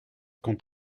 quand